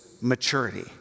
maturity